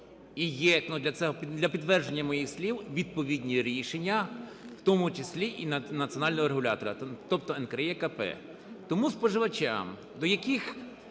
для підтвердження моїх слів, відповідні рішення, в тому числі і національного регулятора, тобто НКРЕКП. Тому споживачам, до яких